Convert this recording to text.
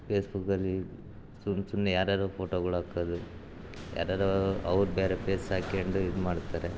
ಫೇಸ್ಬುಕ್ದಲ್ಲಿ ಸುಮ್ ಸುಮ್ಮನೆ ಯಾರ್ಯಾರೋ ಫೋಟೋಗಳು ಹಾಕೋದು ಯಾರ್ಯಾರೋ ಅವ್ರು ಬೇರೆ ಫೇಸ್ ಹಾಕ್ಕೊಂಡು ಇದು ಮಾಡ್ತಾರೆ